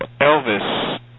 Elvis